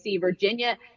Virginia